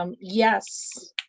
Yes